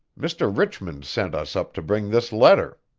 mr. richmond sent us up to bring this letter.